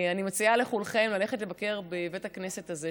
אני מציעה לכולכם ללכת לבקר בבית הכנסת הזה,